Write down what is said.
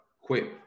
Quit